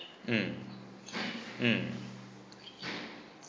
mm mm